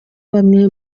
bamwe